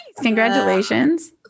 Congratulations